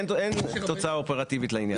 אין תוצאה אופרטיבית לעניין.